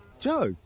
Joe